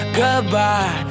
goodbye